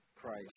Christ